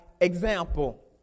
example